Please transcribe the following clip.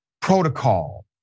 protocol